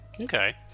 okay